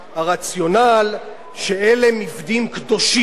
הרציונל שאלה מבנים קדושים,